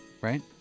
right